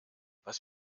was